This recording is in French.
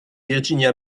virginia